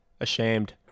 ashamed